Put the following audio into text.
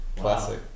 Classic